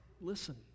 Listen